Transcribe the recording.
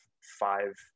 five